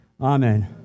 Amen